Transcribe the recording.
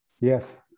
yes